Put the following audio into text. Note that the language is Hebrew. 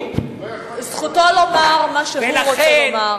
זכותו לומר מה שהוא רוצה לומר.